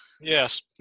Yes